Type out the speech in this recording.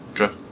Okay